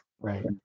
right